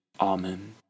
Amen